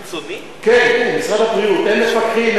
כן, משרד הבריאות, הם מפקחים, הם בודקים.